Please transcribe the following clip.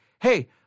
Hey